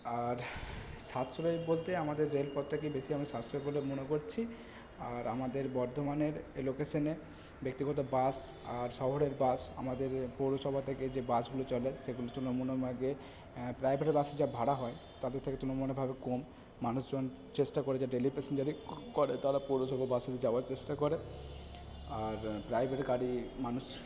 আর সাশ্রয় বলতে আমাদের রেলপথটাকেই বেশি আমি সাশ্রয় বলে মনে করছি আর আমাদের বর্ধমানের লোকেশনে ব্যক্তিগত বাস আর শহরের বাস আমাদের পৌরসভা থেকে যে বাসগুলো চলে সেইগুলোর জন্য আমাকে প্রাইভেটের বাসে যা ভাড়া হয় তাদের থেকে তুলনামূলকভাবে কম মানুষজন চেষ্টা করে যে ডেইলি প্যাসেঞ্জারি করে তারা পৌরসভা বাসে যাওয়ার চেষ্টা করে আর প্রাইভেট গাড়ি মানুষ